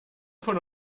von